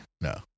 No